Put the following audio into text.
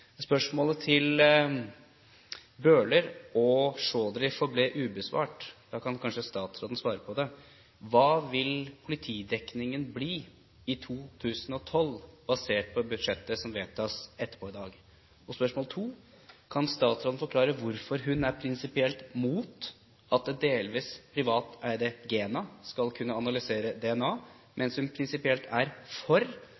Spørsmålet til Bøhler og Chaudhry forble ubesvart. Da kan kanskje statsråden svare på det: Hva vil politidekningen bli i 2012, basert på budsjettet som vedtas senere i dag? Spørsmål to: Kan statsråden forklare hvorfor hun er prinsipielt mot at det delvis privateide GENA skal kunne analysere DNA,